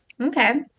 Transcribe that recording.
Okay